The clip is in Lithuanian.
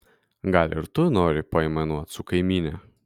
gal ir tu nori paaimanuot su kaimyne